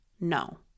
no